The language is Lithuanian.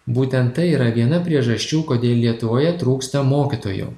būtent tai yra viena priežasčių kodėl lietuvoje trūksta mokytojų